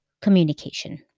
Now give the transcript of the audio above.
communication